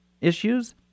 issues